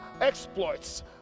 exploits